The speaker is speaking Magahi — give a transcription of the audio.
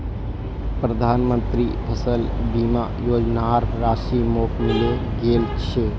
प्रधानमंत्री फसल बीमा योजनार राशि मोक मिले गेल छै